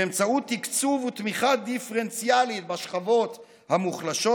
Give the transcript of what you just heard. באמצעות תקצוב ותמיכה דיפרנציאלית בשכבות המוחלשות,